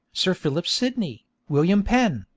sir philip sidney, william penn,